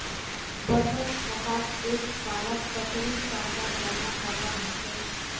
बचत खातात एक सालोत कतेरी टका जमा करवा होचए?